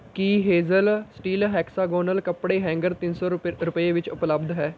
ਕੀ Hazel steel hexagonal ਕੱਪੜੇ hanger ਤਿੰਨ ਸੌ ਰੁਪ ਰੁਪਏ ਵਿੱਚ ਉਪਲਬਧ ਹੈ